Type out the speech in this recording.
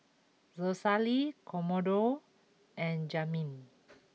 Rosalie Commodore and Jazmin